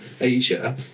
Asia